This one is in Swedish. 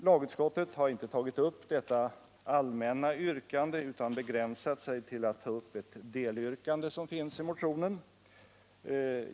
Lagutskottet har inte tagit upp detta allmänna yrkande, utan begränsat sig till att behandla ett delyrkande som finns i motionen.